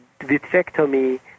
vitrectomy